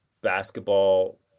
basketball